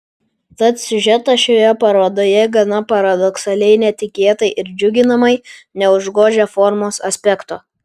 tad siužetas šioje parodoje gana paradoksaliai netikėtai ir džiuginamai neužgožia formos aspekto